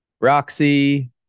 Roxy